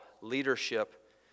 leadership